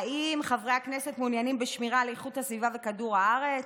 האם חברי הכנסת מעוניינים בשמירה על איכות הסביבה וכדור הארץ?